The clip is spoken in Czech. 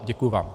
Děkuji vám.